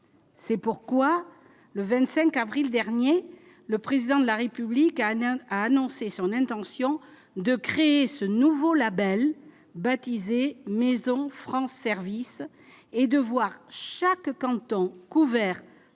c'est pourquoi le 25 avril dernier le président de la République a a annoncé son intention de créer ce nouveau Label baptisé Maison France Services et de voir chaque canton couverts